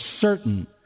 certain